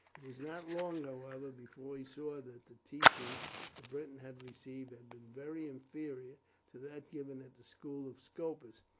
it was not long, however, before he saw that the teaching the briton had received had been very inferior to that given at the school of scopus,